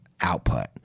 output